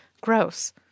gross